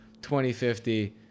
2050